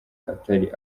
atari